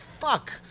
fuck